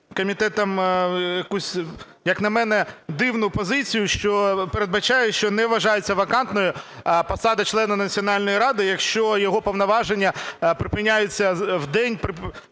комітетом якусь, як на мене, дивну позицію, що передбачає, що не вважається вакантною посада члена Національної ради, якщо його повноваження припиняються в день